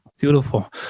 beautiful